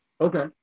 okay